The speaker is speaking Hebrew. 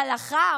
הלכה,